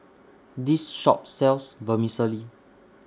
This Shop sells Vermicelli